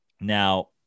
Now